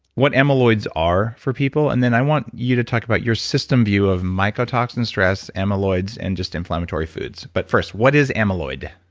what amyloids are for people? and then i want you to talk about your system view of mycotoxins, stress, amyloids and just inflammatory foods. but first, what is amyloid?